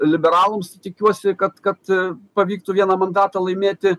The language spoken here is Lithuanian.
liberalams tikiuosi kad kad pavyktų vieną mandatą laimėti